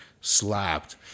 slapped